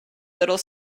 little